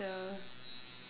yeah